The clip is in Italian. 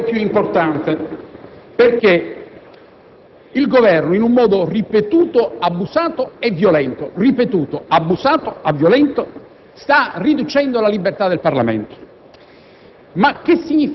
una libertà ben più importante, perché il Governo, in modo ripetuto, abusato e violento, sta riducendo la libertà del Parlamento.